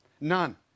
None